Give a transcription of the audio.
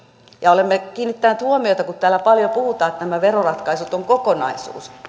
ja olemme kiinnittäneet huomiota siihen että kun täällä paljon puhutaan että nämä veroratkaisut ovat kokonaisuus